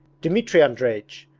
dmitri andreich!